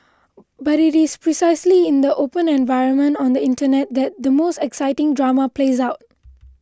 but it is precisely in the open environment on the Internet that the most exciting drama plays out